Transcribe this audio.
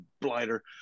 Blighter